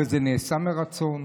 וזה נעשה מרצון,